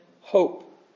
hope